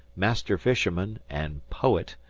master-fisherman, and poet,